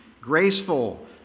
graceful